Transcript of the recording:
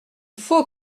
faut